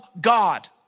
God